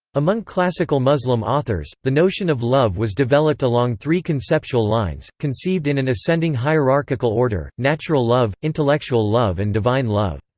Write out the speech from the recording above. among classical muslim authors, the notion of love was developed along three conceptual lines, conceived in an ascending hierarchical order natural love, intellectual love and divine love.